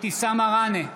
אבתיסאם מראענה,